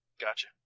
Gotcha